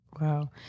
Wow